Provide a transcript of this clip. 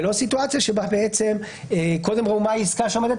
ולא סיטואציה בה קודם ראו מה העסקה שעומדת